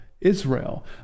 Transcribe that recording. Israel